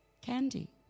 candy